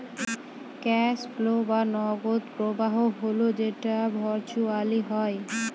cash flow বা নগদ প্রবাহ হল যেটা ভার্চুয়ালি হয়